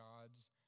God's